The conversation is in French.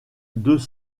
deux